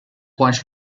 points